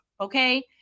okay